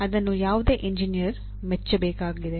ಅದನ್ನು ಯಾವುದೇ ಎಂಜಿನಿಯರ್ ಮೆಚ್ಚಬೇಕಾಗಿದೆ